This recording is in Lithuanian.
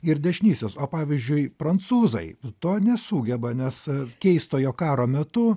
ir dešinysis o pavyzdžiui prancūzai to nesugeba nes keistojo karo metu